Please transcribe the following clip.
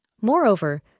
Moreover